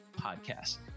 podcast